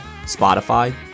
Spotify